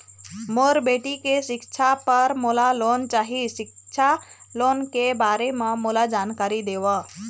मोर बेटी के सिक्छा पर मोला लोन चाही सिक्छा लोन के बारे म मोला जानकारी देव?